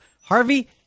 Harvey